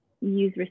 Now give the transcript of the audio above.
Use